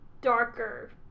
darker